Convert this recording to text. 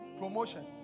promotion